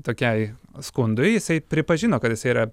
tokiai skundui jisai pripažino kad jisai yra